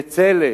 "בצלם",